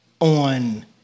on